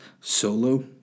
solo